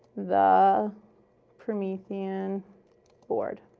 the promethean board.